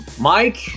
Mike